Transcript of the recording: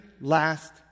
last